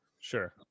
Sure